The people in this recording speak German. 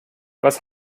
was